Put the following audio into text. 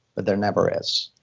but there never is.